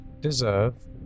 deserve